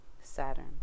Saturn